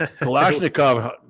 Kalashnikov